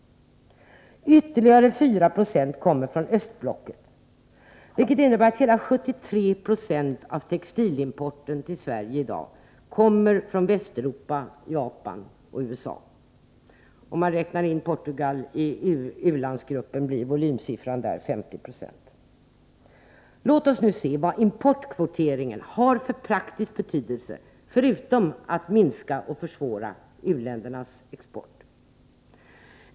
Ytterligare 4 90 kommer från östblocket, vilket innebär att hela 73 2 av textilimporten till Sverige i dag kommer från Västeuropa, Japan och USA. Om man räknar in Portugal i u-landsgruppen blir volymsiffran för den 50 90. Låt oss nu se vad importkvoteringen har för praktisk betydelse, förutom att minska och försvåra u-ländernas export.